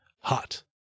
Hot